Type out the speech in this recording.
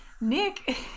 Nick